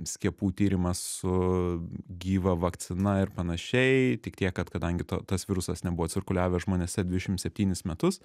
skiepų tyrimas su gyva vakcina ir panašiai tik tiek kad kadangi tas virusas nebuvo cirkuliavęs žmonėse dvidešimt septynis metus